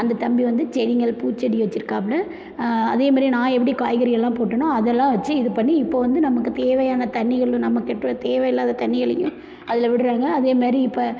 அந்த தம்பி வந்து செடிகள் பூச்செடி வெச்சுருக்காப்புல அதே மாதிரியே நான் எப்படி காய்கறி எல்லாம் போட்டேனோ அதெல்லாம் வெச்சு இது பண்ணி இப்போது வந்து நமக்கு தேவையான தண்ணிகளும் நம்மக்கிட்டே தேவையில்லாத தண்ணிகளையும் அதில் விடுறாங்க அதே மாதிரி இப்போ